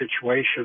situation